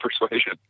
persuasion